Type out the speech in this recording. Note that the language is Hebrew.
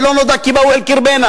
ולא נודע כי באו אל קרבנה.